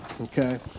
okay